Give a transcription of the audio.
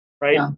right